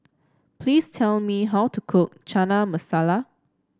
please tell me how to cook Chana Masala